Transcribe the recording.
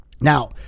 Now